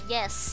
Yes